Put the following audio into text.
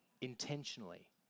intentionally